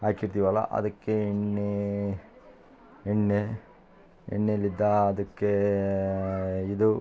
ಹಾಕಿರ್ತಿವಲ್ಲಾ ಅದಕ್ಕೇ ಎಣ್ಣೇ ಎಣ್ಣೆ ಎಣ್ಣೆಲಿದ್ದಾ ಅದಕ್ಕೇ ಇದು